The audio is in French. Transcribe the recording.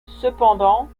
cependant